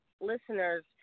listeners